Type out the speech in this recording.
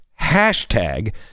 Hashtag